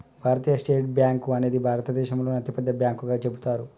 భారతీయ state bank అనేది భారతదేశంలోనే అతిపెద్ద బ్యాంకుగా చెబుతారు